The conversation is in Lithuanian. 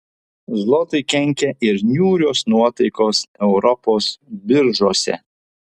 zlotui kenkia ir niūrios nuotaikos europos biržose